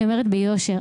אני אומרת ביושר,